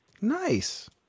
nice